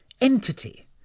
entity